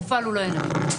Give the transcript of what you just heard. בפועל הוא לא ינמק.